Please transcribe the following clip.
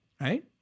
right